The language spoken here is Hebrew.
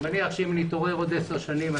אני מניח שאם נתעורר עוד עשר שנים,